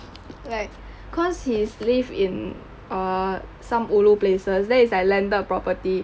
like cause he lives in err some ulu places then it's like landed property